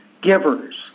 givers